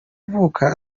uvuka